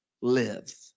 live